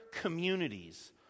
communities